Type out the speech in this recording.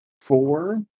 four